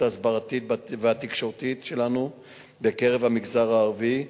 ההסברתית והתקשורתית שלנו במגזר הערבי,